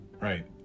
right